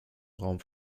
raum